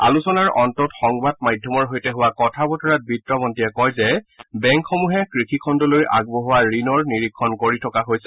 আলোচনাৰ অন্তত সংবাদ মাধ্যমৰ সৈতে হোৱা কথা বতৰাত বিত্ত মন্ত্ৰীয়ে কয় যে বেংকসমূহে কৃষি খণ্ডলৈ আগবঢ়োৱা ঋণৰ নিৰীক্ষণ কৰি থকা হৈছে